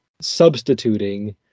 substituting